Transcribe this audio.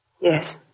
Yes